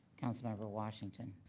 councilmember washington.